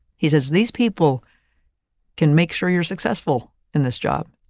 he says these people can make sure you're successful in this job.